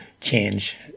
change